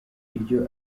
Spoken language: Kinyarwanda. iryo